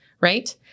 right